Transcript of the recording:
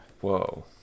Whoa